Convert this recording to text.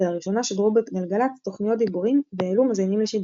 ולראשונה שודרו בגלגלצ תוכניות דיבורים והעלו מאזינים לשידור.